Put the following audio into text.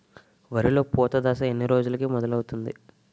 వరిలో పూత దశ ఎన్ని రోజులకు మొదలవుతుంది?